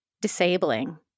disabling